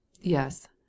Yes